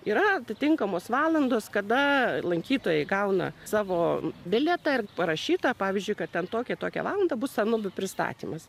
yra atitinkamos valandos kada lankytojai gauna savo bilietą ir parašyta pavyzdžiui kad ten tokią ir tokią valandą bus anubių pristatymas